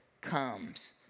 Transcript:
comes